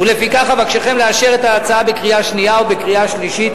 לפיכך אבקשכם לאשר את ההצעה בקריאה שנייה ובקריאה שלישית.